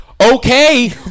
okay